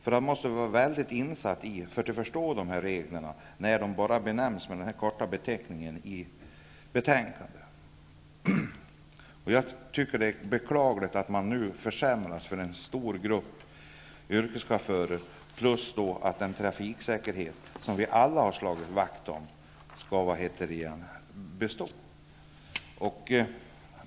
Man måste vara mycket insatt för att förstå dessa regler, när de bara benämns med denna korta beteckning, såsom sker i betänkandet. Jag tycker att det är beklagligt att man nu försämrar för en stor grupp yrkeschaufförer. Jag menar att trafiksäkerheten, som vi alla har slagit vakt om, skall bestå.